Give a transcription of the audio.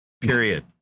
Period